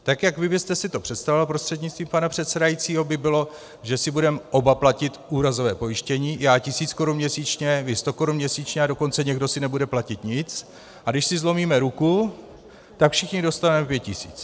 Tak jak vy byste si to představoval prostřednictvím pana předsedajícího, by bylo, že si budeme oba platit úrazové pojištění já tisíc korun měsíčně, vy sto korun měsíčně, a dokonce někdo si nebude platit nic, a když si zlomíme ruku, tak všichni dostaneme pět tisíc.